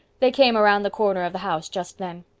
they came around the corner of the house just then.